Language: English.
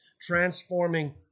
transforming